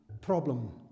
problem